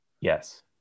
Yes